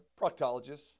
Proctologists